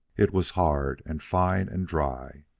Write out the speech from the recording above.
it was hard, and fine, and dry.